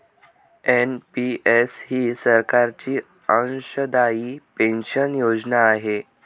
NPS ही सरकारची अंशदायी पेन्शन योजना आहे